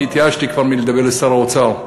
אני התייאשתי כבר מלדבר אל שר האוצר.